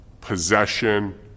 possession